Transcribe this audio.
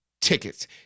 tickets